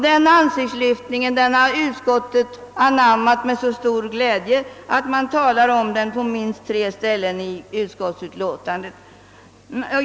Denna ansiktslyftning har utskottet anammat med så stor glädje, att man talar om den på minst tre ställen i utskottsutlåtandet.